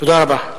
תודה רבה.